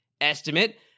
estimate